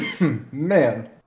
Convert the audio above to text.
Man